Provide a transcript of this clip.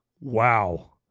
wow